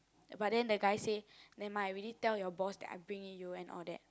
but then that guy say never mind I already tell your boss that I'm bringing you and all that